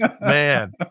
man